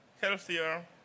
healthier